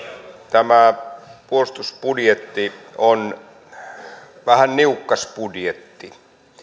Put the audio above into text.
tämä puolustusbudjetti on vähän niukkasbudjetti